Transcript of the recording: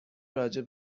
راجع